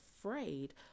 afraid